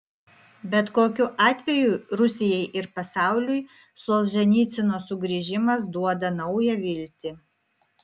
bet kokiu atveju rusijai ir pasauliui solženicyno sugrįžimas duoda naują viltį